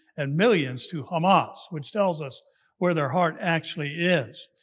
and millions to hamas which tells us where their heart actually is.